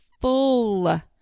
full